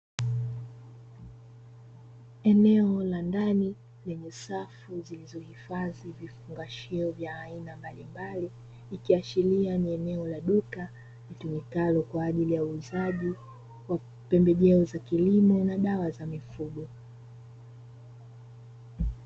Eneo la ndani lenye safu zilizohifadhi vifungashio vya aina mbalimbali, ikiashiria ni eneo la duka litumikalo kwa ajili ya uuzaji wa pembejeo za kilimo na dawa za mifugo.